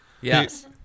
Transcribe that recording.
yes